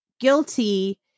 guilty